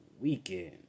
weekend